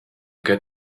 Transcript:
get